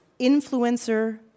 Influencer